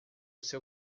seu